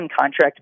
contract